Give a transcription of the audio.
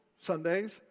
Sundays